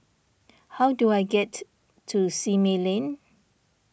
how do I get to Simei Lane